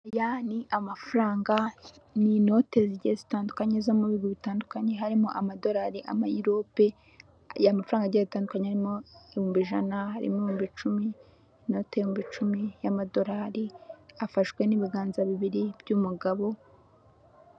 Aya ni amafaranga n'inote zigiye zitandukanye zo mu bihugu bitandukanye harimo amadolari amayero y'amafaranga agiye atandukanye harimo ibihumbi ijana, ibihumbi cumi, intote y'ibihumbi icumi y'amadolari afashwe n'ibiganza bibiri by'umugabo.